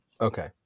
Okay